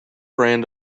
brand